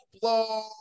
Blow